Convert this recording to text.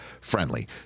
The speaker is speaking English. friendly